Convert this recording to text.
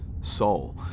soul